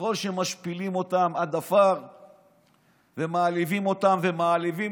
ככל שמשפילים אותם עד עפר ומעליבים אותם ומעליבים